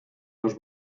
los